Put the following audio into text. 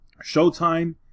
Showtime